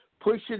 pushing